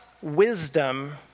wisdom